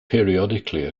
periodically